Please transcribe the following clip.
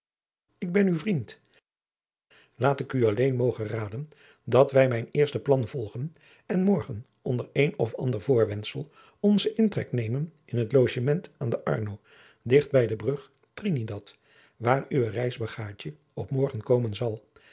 ik ben uw vriend laat ik u alleen mogen raden dat wij mijn eerste plan volgen en morgen onder een of ander voorwendsel onzen intrek nemen in het logement aan de arno digt bij de brug trinidat waar uwe reisbagaadje op morgen komen zal